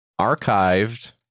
archived